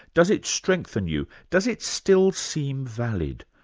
does it strengthen you? does it still seem valid?